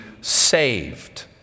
saved